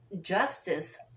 Justice